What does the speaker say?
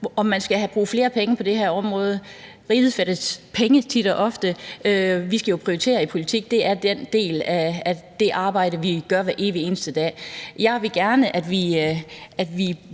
om man skal bruge flere penge på det her område, vil jeg sige, at riget tit og ofte fattes penge. Vi skal jo prioritere i politik. Det er en del af det arbejde, vi gør hver evig eneste dag. Jeg vil gerne, at vi